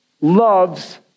loves